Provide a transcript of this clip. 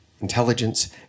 intelligence